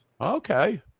Okay